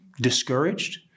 discouraged